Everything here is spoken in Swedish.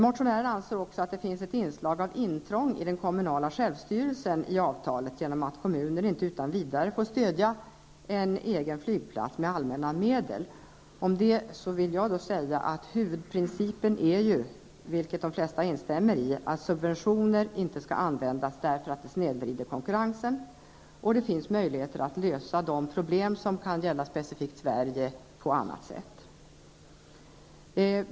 Motionären anser också att det finns ett inslag av intrång i den kommunala självstyrelsen i avtalet genom att kommuner inte utan vidare får stödja en egen flygplats med allmänna medel. Huvudprincipen är, vilket de flesta instämmer i, att subventioner inte skall användas därför att det snedvrider konkurrensen och det finns möjligheter att lösa problemen som kan gälla Sverige specifikt på annat sätt.